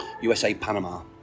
USA-Panama